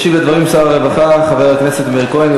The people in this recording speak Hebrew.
ישיב על הדברים שר הרווחה, חבר הכנסת מאיר כהן.